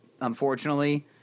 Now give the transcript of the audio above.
Unfortunately